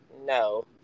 no